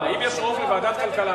אם יש רוב לוועדת הכלכלה,